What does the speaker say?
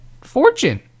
Fortune